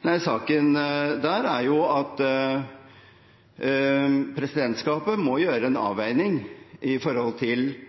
Nei, saken der er at så lenge det ikke er et vedtak i Stortinget, må presidentskapet gjøre en avveining med hensyn til